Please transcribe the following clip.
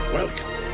Welcome